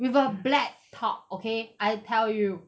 with a black top okay I tell you